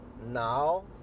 now